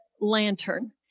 lantern